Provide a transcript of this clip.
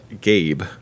Gabe